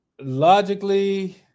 Logically